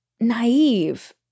naive